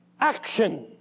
action